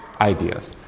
ideas